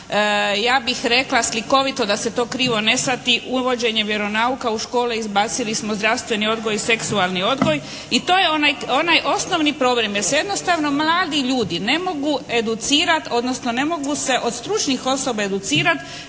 Ja bih rekla slikovito da se to krivo ne shvati uvođenje vjeronauka u škole izbacili smo zdravstveni odgoj i seksualni odgoj i to je onaj osnovni problem. Jer se jednostavno mladi ljudi ne mogu educirati, odnosno ne mogu se od stručnih osoba educirati